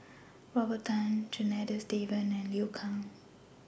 Robert Tan Janadas Devan and Liu Kang